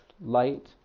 light